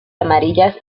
amarillas